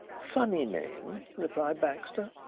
funny name, replied baxter.